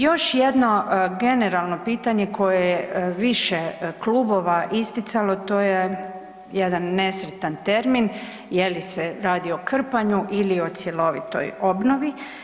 Još jedno generalno pitanje koje je više klubova isticalo, to je jedan nesretan termin je li se radi o krpanju ili o cjelovitoj obnovi?